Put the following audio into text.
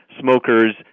Smokers